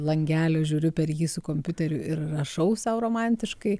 langelio žiūriu per jį su kompiuteriu ir rašau sau romantiškai